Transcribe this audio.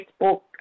Facebook